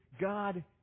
God